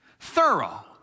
thorough